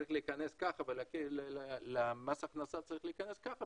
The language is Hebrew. שצריך להיכנס ככה ולהגיד למס הכנסה שצריך להיכנס ככה,